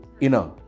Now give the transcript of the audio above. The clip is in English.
inner